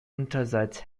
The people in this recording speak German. unterseits